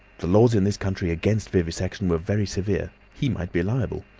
the laws in this country against vivisection were very severe he might be liable.